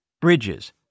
bridges